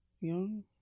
Young